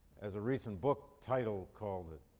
as a recent book title called it,